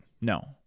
No